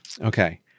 Okay